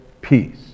peace